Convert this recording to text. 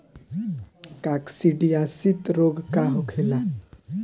काकसिडियासित रोग का होखेला?